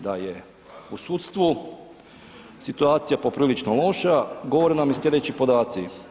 Da je u sudstvu situacija poprilično loša, govori nam i slijedeći podaci.